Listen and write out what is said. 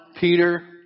Peter